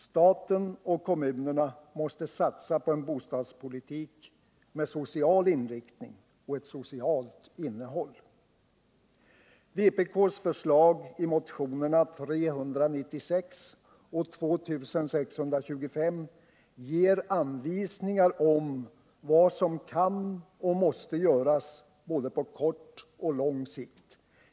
Staten och kommunerna måste satsa på en bostadspolitik med en social inriktning och ett socialt innehåll. Vpk:s förslag i motionerna 396 och 2625 ger anvisningar om vad som kan och måste göras både på kort och på lång sikt.